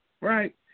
Right